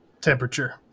temperature